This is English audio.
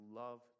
love